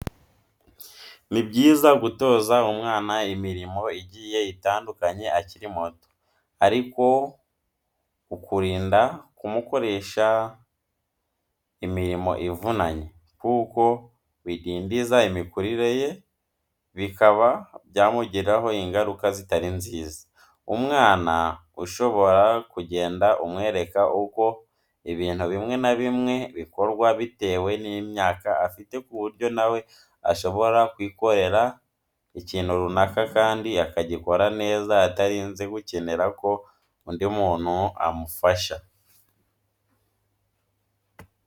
Ni byiza gutoza umwana imirimo igiye itandukanye akiri muto ariko ukurinda kumukoresha imirimo ivunanye kuko bidindiza imikurire ye bikaba byamugiraho ingaruka zitari nziza. Umwana ushobora kugenda umwereka uko ibintu bimwe na bimwe bikorwa bitewe n'imyaka afite ku buryo nawe ashobora kwikorera ikintu runaka kandi akagikora neza atarinze gukenera ko undi muntu amufasha.